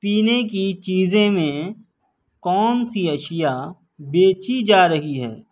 پینے کی چیزیں میں کون سی اشیاء بیچی جا رہی ہیں